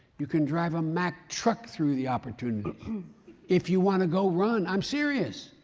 you can drive a mack truck through the opportunities if you want to go run. i'm serious.